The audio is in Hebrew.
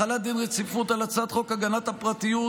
החלת דין רציפות על הצעת חוק הגנת הפרטיות,